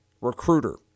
recruiter